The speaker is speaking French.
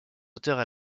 auteurs